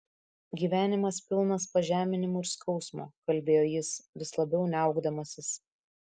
gyvenimas pilnas pažeminimų ir skausmo kalbėjo jis vis labiau niaukdamasis